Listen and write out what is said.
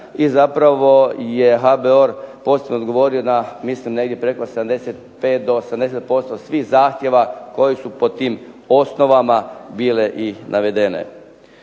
i zapravo je HBOR poslije odgovorio na mislim negdje preko 75 do 80% svih zahtjeva koji su po tim osnovama bile i navedene.